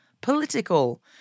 political